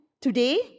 today